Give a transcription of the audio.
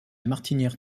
martinière